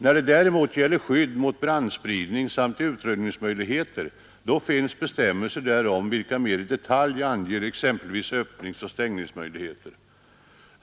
När det däremot gäller skydd mot brandspridning samt utrymningsmöjligheter finns bestämmelser, vilka mera i detalj anger exempelvis öppningsoch stängningsmöjligheter.